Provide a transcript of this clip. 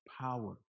power